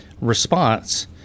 response